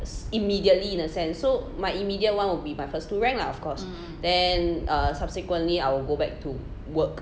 immediately in a sense so my immediate one will be my first two rank lah of course then err subsequently I will go back to work